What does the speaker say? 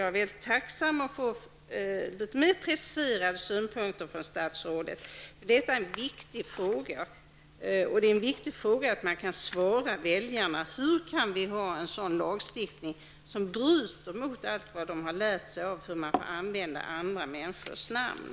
Jag vore mycket tacksam över att få litet mer preciserade synpunkter från statsrådet. Detta är nämligen en viktig fråga, och det är viktigt att kunna svara väljarna på hur vi kan ha en lagstiftning som bryter mot allt vad de har lärt sig om hur man använder andra människors namn.